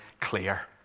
clear